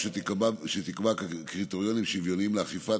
שתקבע קריטריונים שוויוניים לאכיפה,